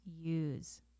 use